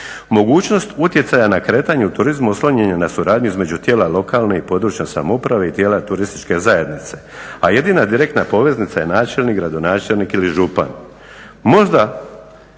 Mogućnost utjecaja na kretanje u turizmu oslonjen je na suradnju između tijela lokalne i područne samouprave i tijela turističke zajednice, a jedina direktna poveznica je načelnik, gradonačelnik ili župan. Možda